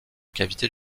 cavité